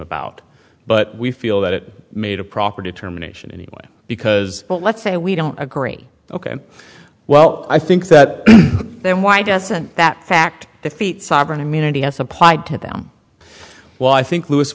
about but we feel that it made a proper determination anyway because let's say we don't agree ok well i think that then why doesn't that fact the feat sovereign immunity has applied to them well i think l